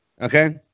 Okay